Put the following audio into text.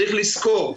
צריך לזכור,